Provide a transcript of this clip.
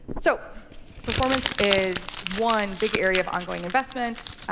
so performance is one big area of ongoing investment.